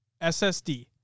SSD